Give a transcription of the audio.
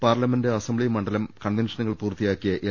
parliament assembly മണ്ഡല് കൺവെൻഷനു കൾ പൂർത്തിയാക്കിയ എൽ